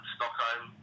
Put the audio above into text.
Stockholm